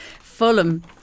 Fulham